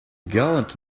gallant